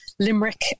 Limerick